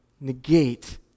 negate